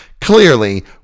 clearly